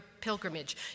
pilgrimage